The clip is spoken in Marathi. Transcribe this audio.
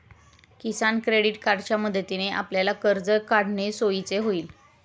किसान क्रेडिट कार्डच्या मदतीने आपल्याला कर्ज काढणे सोयीचे होईल